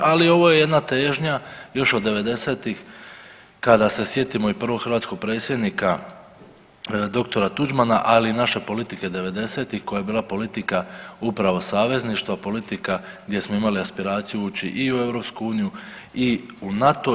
Ali ovo je jedna težnja još od '90.-tih kada se sjetimo i prvog hrvatskog predsjednika dr. Tuđmana, ali i naše politike devedesetih koja je bila politika upravo savezništava, politika gdje smo imali aspiraciju ući i u EU i u NATO.